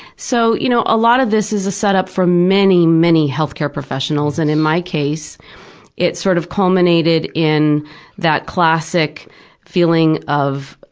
so, you know a lot of this is a setup for many, many healthcare professionals, and in my case it sort of culminated in that classic feeling of,